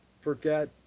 forget